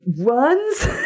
runs